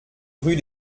rue